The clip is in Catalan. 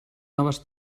noves